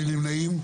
מי נמנעים?